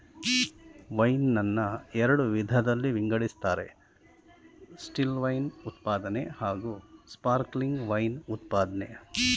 wine ನನ್ನ ಎರಡು ವಿಧದಲ್ಲಿ ವಿಂಗಡಿಸ್ತಾರೆ ಸ್ಟಿಲ್ವೈನ್ ಉತ್ಪಾದನೆ ಹಾಗೂಸ್ಪಾರ್ಕ್ಲಿಂಗ್ ವೈನ್ ಉತ್ಪಾದ್ನೆ